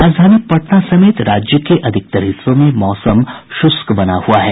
राजधानी पटना समेत राज्य के अधिकांश भागों में मौसम शुष्क बना हुआ है